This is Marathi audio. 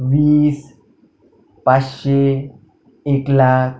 वीस पाचशे एक लाख